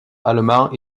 allemand